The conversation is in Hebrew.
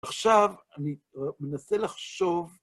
עכשיו אני מנסה לחשוב...